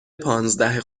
پانزده